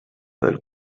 del